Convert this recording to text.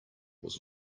was